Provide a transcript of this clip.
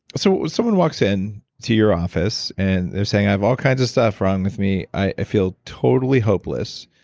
so someone walks in to your office and they're saying, i have all kinds of stuff wrong with me. i feel totally hopeless.